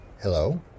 Hello